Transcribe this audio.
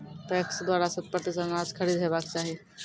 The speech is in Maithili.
पैक्स द्वारा शत प्रतिसत अनाज खरीद हेवाक चाही?